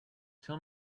tell